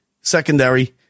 secondary